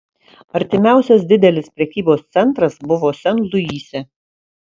artimiausias didelis prekybos centras buvo sen luise